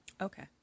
okay